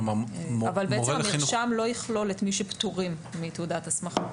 בעצם, המרשם לא יכלול את מי שפטורים מתעודת הסמכה.